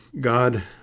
God